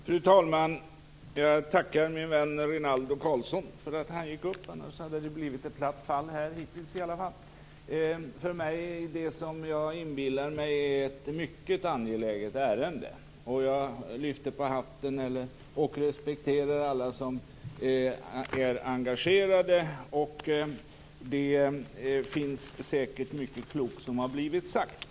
Fru talman! Jag tackar min vän Rinaldo Karlsson för att han gick upp i talarstolen. Annars hade det blivit platt fall för mig i det som jag inbillar mig är ett mycket angeläget ärende. Jag lyfter på hatten för och respekterar alla som är engagerade. Mycket klokt har säkert blivit sagt.